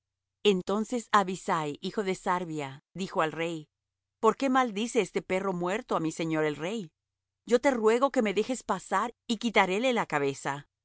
entonces abisai hijo de sarvia dijo al rey por qué maldice este perro muerto á mi señor el rey yo te ruego que me dejes pasar y quitaréle la cabeza